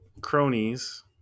cronies